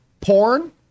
porn